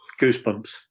goosebumps